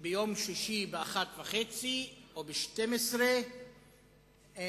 ביום שישי באחת וחצי או בשתיים-עשרה בלילה,